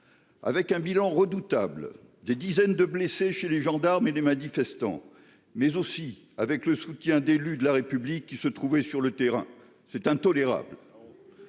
Avec un bilan redoutable des dizaines de blessés chez les gendarmes et les manifestants, mais aussi avec le soutien d'élus de la République qui se trouvait sur le terrain, c'est intolérable.